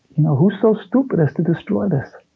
you know, who's so stupid as to destroy this?